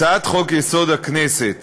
הצעת חוק-יסוד: הכנסת